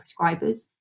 prescribers